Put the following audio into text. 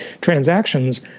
transactions